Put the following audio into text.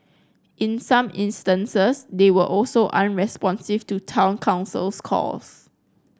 in some instances they were also unresponsive to Town Council's calls